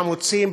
חמוצים,